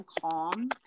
calm